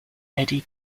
eddie